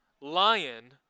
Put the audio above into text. lion